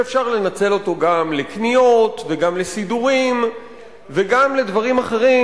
שאפשר לנצל אותו גם לקניות וגם לסידורים וגם לדברים אחרים,